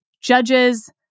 judges